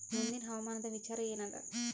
ಮುಂದಿನ ಹವಾಮಾನದ ವಿಚಾರ ಏನದ?